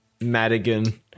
madigan